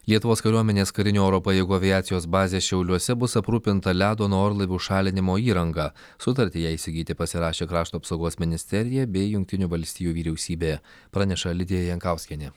lietuvos kariuomenės karinių oro pajėgų aviacijos bazė šiauliuose bus aprūpinta ledo nuo orlaivių šalinimo įranga sutartį ją įsigyti pasirašė krašto apsaugos ministerija bei jungtinių valstijų vyriausybė praneša lidija jankauskienė